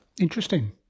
Interesting